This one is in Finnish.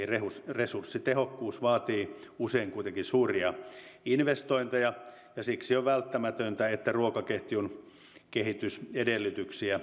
resurssitehokkuus vaatii usein kuitenkin suuria investointeja ja siksi on välttämätöntä että ruokaketjun kehitysedellytyksistä